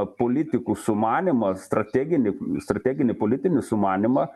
politikų sumanymą strateginį strateginį politinį sumanymą